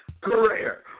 career